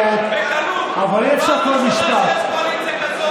על האנדרלמוסיה בזכויות הכי בסיסיות שלהם,